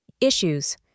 Issues